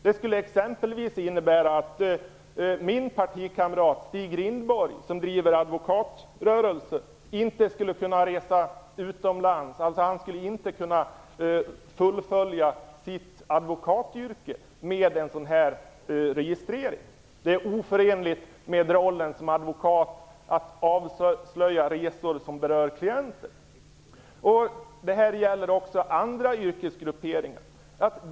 Det skulle exempelvis innebära att min partikamrat Stig Rindborg, som driver advokatrörelse, inte skulle kunna resa utomlands. Han skulle inte kunna fullfölja sitt advokatyrke med en sådan registrering. Det är oförenligt med rollen som advokat att avslöja resor som berör klienten. Det här gäller också andra yrkesgrupper.